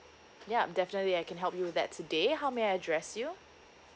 yup definitely I can help you with that today how may I address you